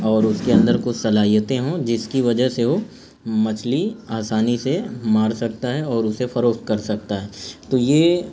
اور اس کے اندر کچھ صلاحیتیں ہوں جس کی وجہ سے وہ مچھلی آسانی سے مار سکتا ہے اور اسے فروخت کر سکتا ہے تو یہ